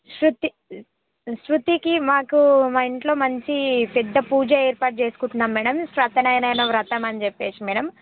శృతి శృతీకి మాకు మా ఇంట్లో మంచి పెద్ద పూజ ఏర్పాటు చేసుకుంటున్నాం మేడమ్ సత్యనారాయణ వ్రతమని చెప్పేసి మేడమ్